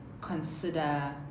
consider